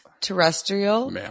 terrestrial